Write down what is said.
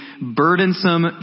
burdensome